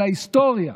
אל ההיסטוריה.